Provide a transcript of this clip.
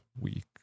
week